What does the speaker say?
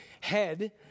head